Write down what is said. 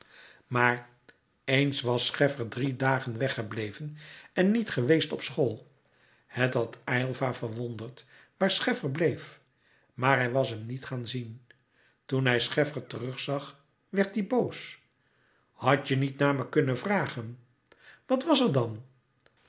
maar eens was scheffer drie dagen weg gebleven en niet geweest op school het had aylva verwonderd waar scheffer bleef maar hij was hem niet gaan zien toen hij scheffer terug zag werd die boos hadt je niet naar me kunnen vragen wat was er dan